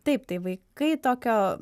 taip tai vaikai tokio